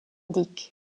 dyck